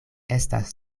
estas